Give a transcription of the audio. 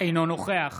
אינו נוכח